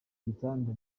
gitanda